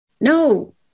no